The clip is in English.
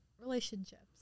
relationships